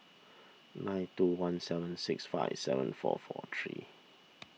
nine two one seven six five seven four four three